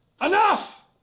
Enough